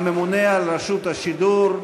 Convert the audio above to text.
הממונה על רשות השידור,